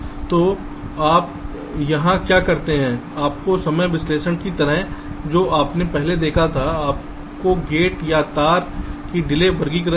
तो आप यहां क्या करते हैं आपके समय विश्लेषण की तरह जो आपने पहले देखा था आपके गेट या तार की डिले वर्गीकृत है